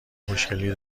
خوشگلی